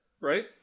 Right